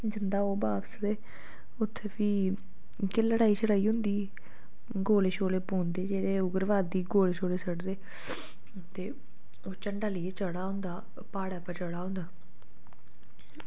जंदा ओह् बापस ते उत्थें फ्ही लड़ाई होंदी गोले पौंदे ते उग्रवादी गोले सुट्टदे ते ओह् झंडा लेइयै चढ़ा दा होंदा प्हाड़ै पर चढ़ा दा होंदा